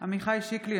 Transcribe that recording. עמיחי שיקלי,